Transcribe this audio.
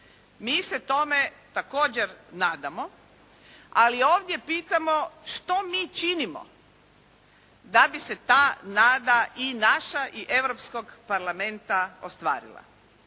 Mi se tome također nadamo, ali ovdje pitamo što mi činimo da bi se ta nada i naša i Europskog parlamenta ostvarila.